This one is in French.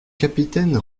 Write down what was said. capitaine